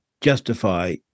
justify